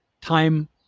time